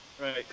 Right